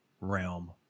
realm